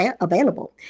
available